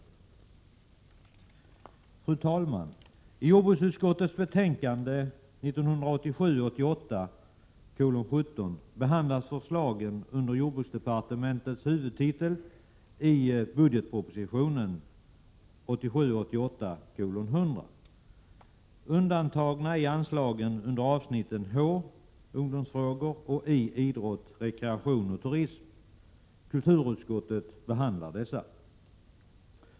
Fru talman! Jordbruksutskottets betänkande 1987 88:100. Undantagna är anslagen under avsnitten H. Ungdomsfrågor och I. Idrott, rekreation och turism. Kulturutskottet behandlar dessa anslag.